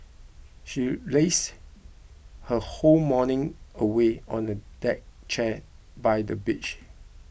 she lazed her whole morning away on a deck chair by the beach